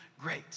great